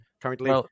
currently